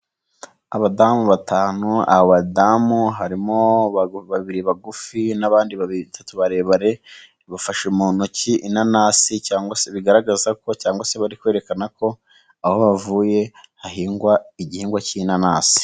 Abadamu batanu, abadamu harimo babiri bagufi, n'abandi batatu barebare, bafashe mu ntoki inanasi cyangwa se bigaragaza ko cyangwa se bari kwerekana ko aho bavuye hahingwa igihingwa K'inanasi.